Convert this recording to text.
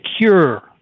cure